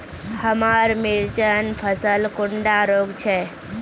हमार मिर्चन फसल कुंडा रोग छै?